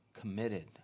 committed